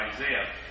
Isaiah